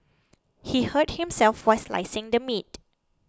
he hurt himself while slicing the meat